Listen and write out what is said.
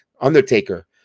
undertaker